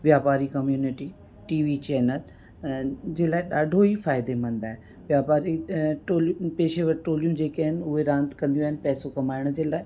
वापारी community TV channel ऐं जंहिं लाइ ॾाढो ई फ़ाइदेमंदु आहे वापारु टोलियूं पेशेवर टोलियूं जेके आहिनि उहे रांदि कंदियूं आहिनि पैसो कमाइण जे लाइ